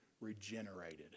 regenerated